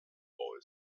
boy